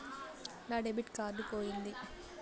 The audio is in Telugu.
నా డెబిట్ కార్డు పోయింది